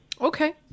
Okay